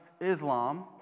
Islam